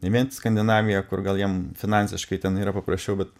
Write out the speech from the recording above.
ne vien skandinaviją kur gal jam finansiškai ten yra paprasčiau bet